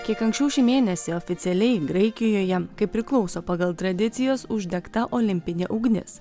kiek anksčiau šį mėnesį oficialiai graikijoje kaip priklauso pagal tradicijas uždegta olimpinė ugnis